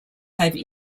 have